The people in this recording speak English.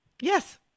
Yes